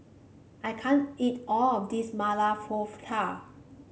I can't eat all of this Maili Kofta